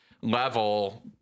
level